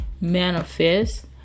manifest